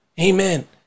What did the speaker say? Amen